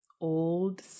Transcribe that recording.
old